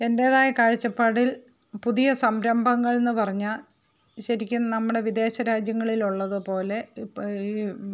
എൻ്റേതായ കാഴ്ചപ്പാടിൽ പുതിയ സംരംഭങ്ങളെന്ന് പറഞ്ഞാൽ ശരിക്കും നമ്മുടെ വിദേശരാജ്യങ്ങളിൽ ഉള്ളതുപോലെ ഇപ്പോൾ ഈ